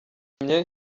ibyo